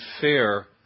fair